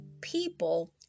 people